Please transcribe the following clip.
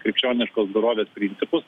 krikščioniškos dorovės principus